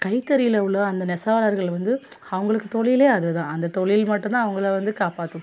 கைத்தறியில் உள்ள அந்த நெசவாளர்கள் வந்து அவங்களுக்கு தொழிலே அதுதான் அந்த தொழில் மட்டும் தான் அவங்கள வந்து காப்பாற்றும்